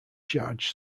charge